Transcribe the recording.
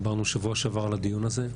דיברנו בשבוע שעבר על הדיון הזה.